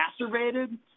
exacerbated